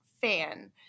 fan